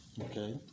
okay